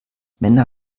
männer